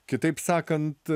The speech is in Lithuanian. kitaip sakant